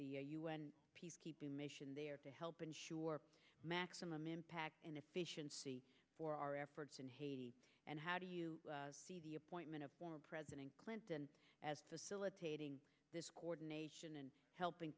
the u n peacekeeping mission there to help ensure maximum impact and efficiency for our efforts in haiti and how do you see the appointment of president clinton as facilitating this coordination and helping